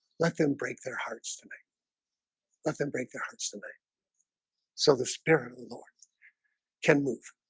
let them break their hearts to me let them break their hearts to me so the spirit of the lord can move